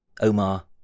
Omar